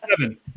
seven